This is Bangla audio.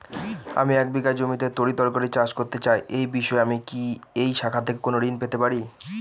আমি এক বিঘা জমিতে তরিতরকারি চাষ করতে চাই এই বিষয়ে আমি কি এই শাখা থেকে কোন ঋণ পেতে পারি?